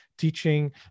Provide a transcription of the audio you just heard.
teaching